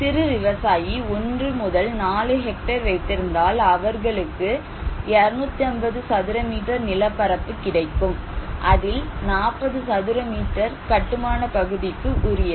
சிறு விவசாயி 1 முதல் 4 ஹெக்டேர் வைத்திருந்தால் அவர்களுக்கு 250 சதுர மீட்டர் நிலப்பரப்பு கிடைக்கும் அதில் 40 சதுர மீட்டர் கட்டுமான பகுதிக்கு உரியது